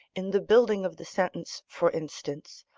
in the building of the sentence for instance,